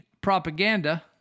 propaganda